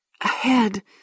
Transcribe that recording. Ahead